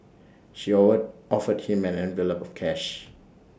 she or offered him an envelope of cash